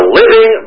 living